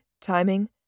timing